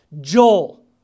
Joel